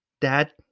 Dad